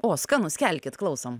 o skanu skelkit klausom